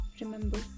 remember